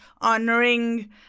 honoring